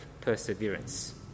perseverance